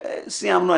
סיימנו.